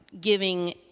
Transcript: giving